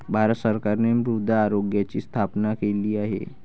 भारत सरकारने मृदा आरोग्याची स्थापना केली आहे